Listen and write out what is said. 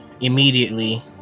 immediately